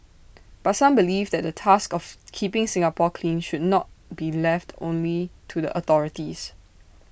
but some believe that the task of keeping Singapore clean should not be left only to the authorities